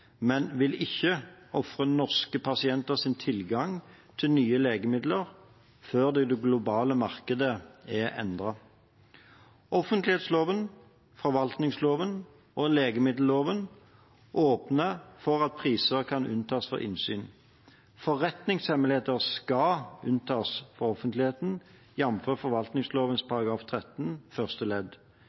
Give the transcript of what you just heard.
men jeg vil ikke ofre norske pasienters tilgang til nye legemidler før det globale markedet er endret. Offentlighetsloven, forvaltningsloven og legemiddelloven åpner for at priser kan unntas fra innsyn. Forretningshemmeligheter skal unntas offentlighet, jf. forvaltningsloven § 13 første ledd.